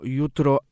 jutro